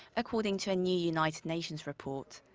according to a new united nations report.